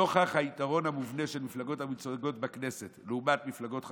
נוכח היתרון המובנה של המפלגות המיוצגות בכנסת לעומת מפלגות חדשות,